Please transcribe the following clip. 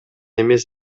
эмес